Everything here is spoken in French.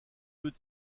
deux